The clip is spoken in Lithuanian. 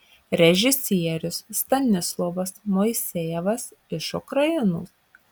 režisierius stanislovas moisejevas iš ukrainos